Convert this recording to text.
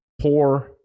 poor